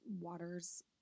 waters